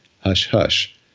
hush-hush